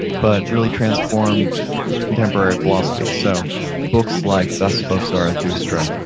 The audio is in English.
but really transformed contemporary philosophy, so books like thus spoke zarathustra,